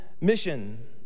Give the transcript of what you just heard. mission